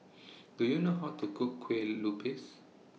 Do YOU know How to Cook Kue Lupis